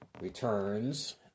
returns